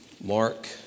Mark